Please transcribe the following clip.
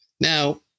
Now